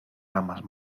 ramas